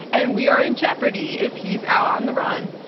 and we are in jeopardy if he's out on the run. and